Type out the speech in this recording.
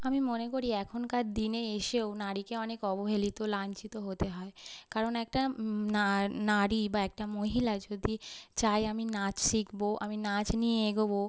আমি মনে করি এখনকার দিনে এসেও নারীকে অনেক অবহেলিত লাঞ্ছিত হতে হয় কারণ একটা নারী বা একটা মহিলা যদি চায় আমি নাচ শিখব আমি নাচ নিয়ে এগোব